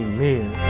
Amen